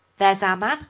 there's our man!